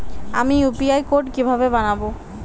আমি UPI code কিভাবে বানাব?